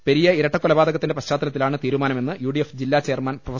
പെരിയ ഇരട്ടക്കൊലപാ തകത്തിന്റെ പശ്ചാത്തലത്തിലാണ് തീരുമാനമെന്ന് യു ഡി എഫ് ജില്ലാ ചെയർമാൻ പ്രൊഫ